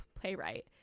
playwright